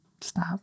Stop